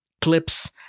clips